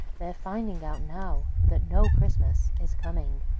they're finding out now that no christmas is coming!